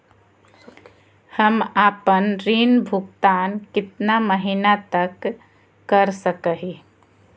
हम आपन ऋण भुगतान कितना महीना तक कर सक ही?